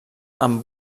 amb